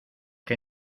que